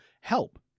help